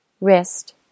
wrist